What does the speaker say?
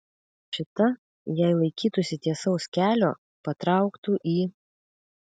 šita jei laikytųsi tiesaus kelio patrauktų į